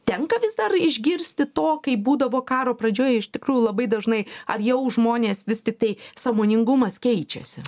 tenka vis dar išgirsti to kaip būdavo karo pradžioj iš tikrųjų labai dažnai ar jau žmonės vis tiktai sąmoningumas keičiasi